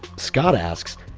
scott asks,